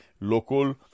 local